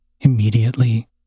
immediately